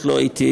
הוראת שעה),